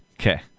Okay